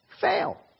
Fail